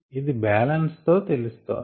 ఇది బ్యాలెన్స్ తో తెలుస్తోంది